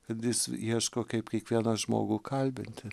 kad jis ieško kaip kiekvieną žmogų kalbinti